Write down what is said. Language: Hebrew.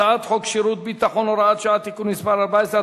הצעת חוק שירות ביטחון (הוראת שעה) (תיקון מס' 14),